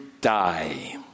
die